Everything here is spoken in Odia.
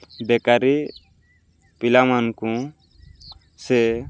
ବେକାରି ପିଲାମାନ୍କୁ ସେ